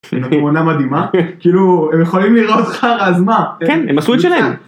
כהונה מדהימה כאילו יכולים לראות אז מה, כן הם עשו את שלהם.